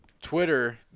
Twitter